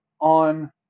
on